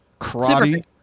Karate